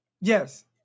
Yes